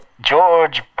George